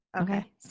Okay